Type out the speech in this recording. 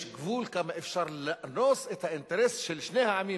יש גבול לכמה אפשר לאנוס את האינטרס של שני העמים,